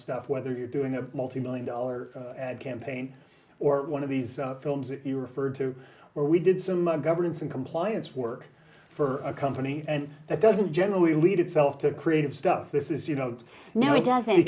stuff whether you're doing a multi million dollar ad campaign or one of these films that you referred to where we did some governance and compliance work for a company that doesn't generally lead itself to creative stuff this is you know